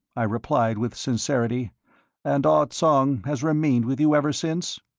i replied with sincerity and ah tsong has remained with you ever since?